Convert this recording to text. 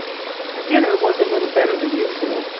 the dinner was a little better than usual,